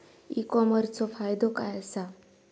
E कॉमर्सचो फायदो काय असा?